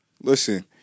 Listen